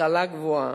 השכלה גבוהה: